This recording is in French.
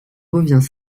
revient